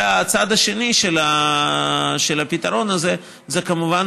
הצד השני של הפתרון הזה הוא כמובן